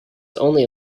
only